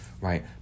right